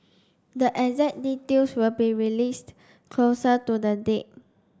the exact details will be released closer to the date